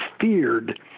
feared